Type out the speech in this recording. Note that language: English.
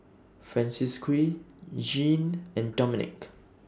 Francisqui Jeane and Dominick